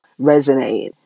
resonate